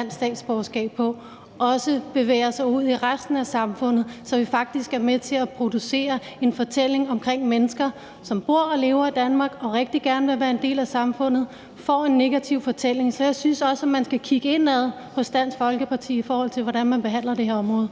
dansk statsborgerskab på, også bevæger sig ud i resten af samfundet, så vi faktisk er med til at producere en negativ fortælling om mennesker, der bor og lever i Danmark og rigtig gerne være en del af samfundet. Så jeg synes også, at man skal kigge indad hos Dansk Folkeparti, i forhold til hvordan man behandler det område.